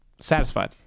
satisfied